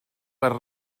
per